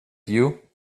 you